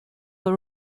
were